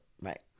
right